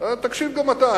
תקשיב גם אתה.